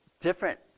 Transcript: different